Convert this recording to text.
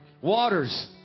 Waters